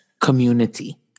community